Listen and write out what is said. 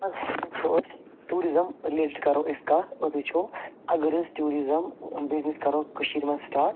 آز وُچھو أسۍ ٹیٛوٗرِزٕم رٔلیٹِڈ کَرو أسۍ کَتھ أسۍ وُچھو اَگر أسۍ ٹیٛوٗرِزٕم بِزنیٚس کَرو کٔشیٖرِ منٛز سِٹارٹ